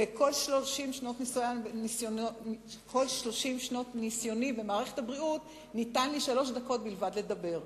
ועם כל 30 שנות ניסיוני במערכת הבריאות ניתנו לי שלוש דקות בלבד לדבר.